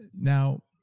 and now,